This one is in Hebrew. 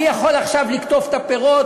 אני יכול עכשיו לקטוף את הפירות,